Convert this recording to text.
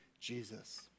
Jesus